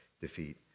defeat